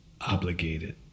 obligated